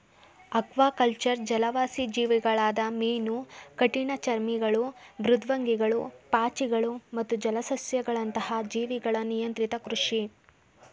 aquaculture ಜಲವಾಸಿ ಜೀವಿಗಳಾದ ಮೀನು ಕಠಿಣಚರ್ಮಿಗಳು ಮೃದ್ವಂಗಿಗಳು ಪಾಚಿಗಳು ಮತ್ತು ಜಲಸಸ್ಯಗಳಂತಹ ಜೀವಿಗಳ ನಿಯಂತ್ರಿತ ಕೃಷಿ